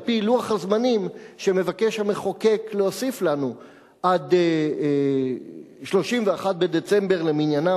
על-פי לוח הזמנים שהמחוקק מבקש להוסיף לנו עד 31 בדצמבר 2015 למניינם.